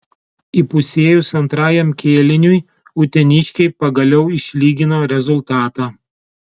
įpusėjus antrajam kėliniui uteniškiai pagaliau išlygino rezultatą